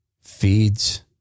feeds